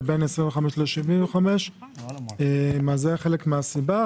ובין 25ל-75. זה חלק מהסיבה.